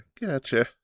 Gotcha